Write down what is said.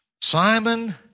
Simon